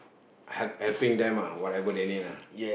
helping them whatever they need